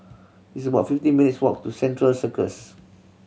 it's about fifty minutes' walk to Central Circus